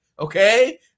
Okay